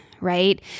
Right